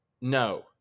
No